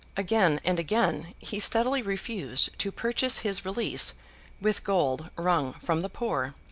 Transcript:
again and again, he steadily refused to purchase his release with gold wrung from the poor.